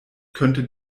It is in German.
könnte